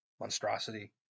monstrosity